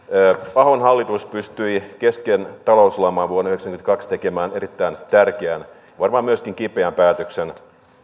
ahon hallitus pystyi kesken talouslaman vuonna yhdeksänkymmentäkaksi tekemään erittäin tärkeän varmaan myöskin kipeän päätöksen